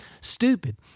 stupid